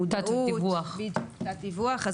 מודעות ותת-דיווח,